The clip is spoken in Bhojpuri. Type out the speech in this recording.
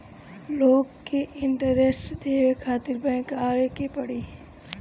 लोन के इन्टरेस्ट देवे खातिर बैंक आवे के पड़ी?